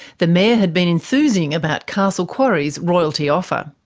the mayor had been enthusing about castle quarry's royalty offer.